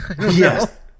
Yes